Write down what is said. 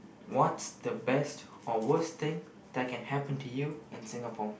what's the best or worst thing that can happen to you in Singapore